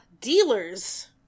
dealers